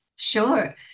Sure